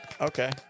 okay